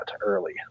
early